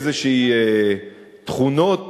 איזה תכונות